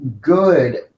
good